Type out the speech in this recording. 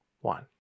one